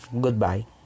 Goodbye